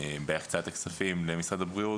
בהקצאת הכספים למשרד הבריאות,